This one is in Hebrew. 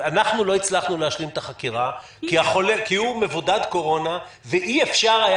לא הצלחנו להשלים את החקירה כי הוא מבודד קורונה ואי-אפשר היה